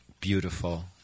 beautiful